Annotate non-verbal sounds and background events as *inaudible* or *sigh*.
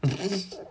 *noise*